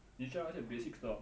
你教那些 basics 的